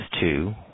two